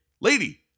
lady